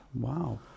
Wow